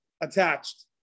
attached